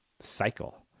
cycle